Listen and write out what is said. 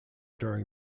during